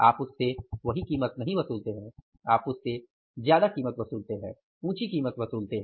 आप उससे वही कीमत नहीं वसूलते हैं आप उससे ऊँची कीमत वसूलते हैं